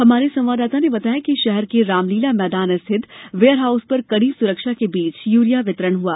हमारे संवाददाता ने बताया है कि शहर के रामलीला मैदान स्थित वेयर हाउस पर कड़ी सुरक्षा के बीच यूरिया वितरण हुआ